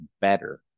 better